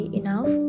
enough